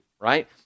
right